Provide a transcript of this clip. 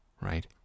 right